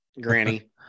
granny